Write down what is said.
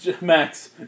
Max